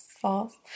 False